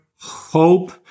hope